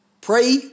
Pray